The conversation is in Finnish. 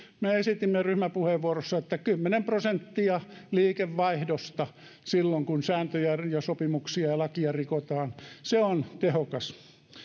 me esitimme ryhmäpuheenvuorossamme että kymmenen prosenttia liikevaihdosta silloin kun sääntöjä ja sopimuksia ja lakia rikotaan se on tehokas